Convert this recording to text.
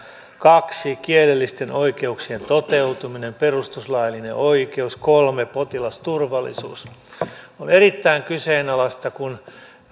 kaksi kielellisten oikeuksien toteutumisen perustuslaillisen oikeuden vuoksi kolme potilasturvallisuuden vuoksi on erittäin kyseenalaista kun äidinkieleltään